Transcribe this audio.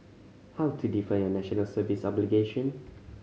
how to defer your National Service obligation